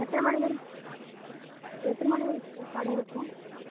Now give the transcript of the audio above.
எத்தனை மணி வரை எத்தனை மணி வரைக்கும் கடை இருக்கும்